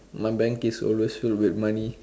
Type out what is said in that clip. my bank is always filled with money